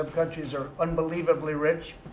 um countries are unbelievably rich.